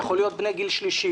זה יכול להיות בני הגיל השלישי,